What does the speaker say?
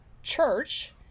church